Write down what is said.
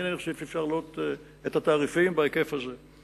אני לא חושב שאפשר להעלות את התעריפים בהיקף הזה,